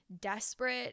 desperate